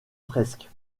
fresques